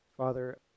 Father